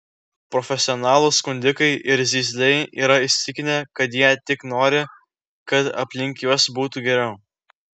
profesionalūs skundikai ir zyzliai yra įsitikinę kad jie tik nori kad aplink juos būtų geriau